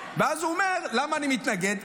ואז הוא אומר: למה אני מתנגד?